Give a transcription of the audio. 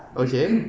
okay